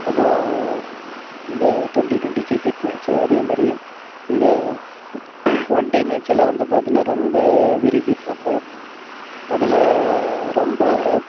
அதுவும் இந்த twenty twenty cricket match அதே மாதிரி இந்த ஒன் டே மேட்ச்செல்லாம் வந்து பார்த்திங்னா ரொம்ப விரும்பி பார்ப்போம் அதில் ரொம்ப